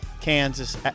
Kansas